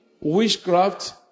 witchcraft